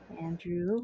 Andrew